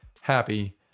happy